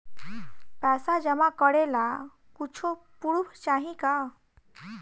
पैसा जमा करे ला कुछु पूर्फ चाहि का?